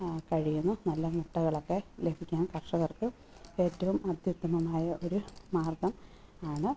ആ കഴിയുന്നു നല്ല മുട്ടകളൊക്കെ ലഭിക്കാൻ കർഷകർക്ക് ഏറ്റവും അത്യുത്തമമായ ഒരു മാർഗ്ഗം ആണ്